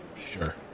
Sure